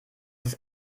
ist